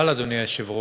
אבל, אדוני היושב-ראש,